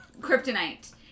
kryptonite